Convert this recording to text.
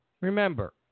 Remember